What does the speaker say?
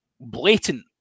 blatant